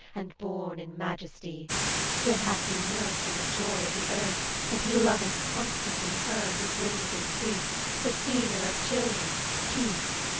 and born in majesty yet hath he mirth in the joy of the earth, and he loveth constantly her who brings increase, the feeder of children, peace.